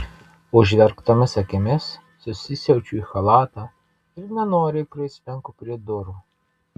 užverktomis akimis susisiaučiu į chalatą ir nenoriai prislenku prie durų